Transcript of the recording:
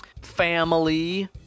family